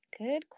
good